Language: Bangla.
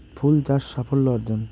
ফুল চাষ সাফল্য অর্জন?